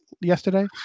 yesterday